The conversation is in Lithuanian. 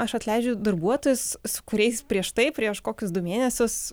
aš atleidžiu darbuotojus su kuriais prieš tai prieš kokius du mėnesius